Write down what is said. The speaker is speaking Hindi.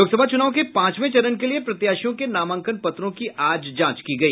लोकसभा चूनाव के पांचवे चरण के लिए प्रत्याशियों के नामांकन पत्रों की आज जांच की गई